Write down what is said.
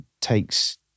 takes